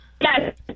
Yes